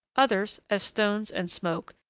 others, as stones and smoke,